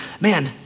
Man